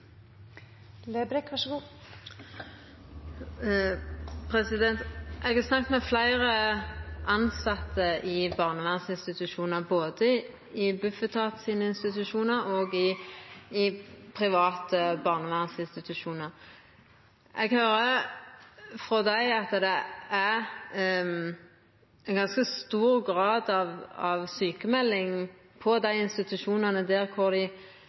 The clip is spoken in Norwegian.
Eg har snakka med fleire tilsette i barnevernsinstitusjonar, både i Bufetat sine institusjonar og i private barnevernsinstitusjonar. Eg høyrer frå dei at det er ein ganske stor grad av sjukemelding på dei institusjonane der dei mest krevjande ungdomane er. Ikkje nødvendigvis på alle, men på nokre av dei institusjonane der det er